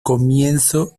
comienzo